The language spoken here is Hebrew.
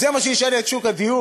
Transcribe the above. זה מה שישנה את שוק הדיור?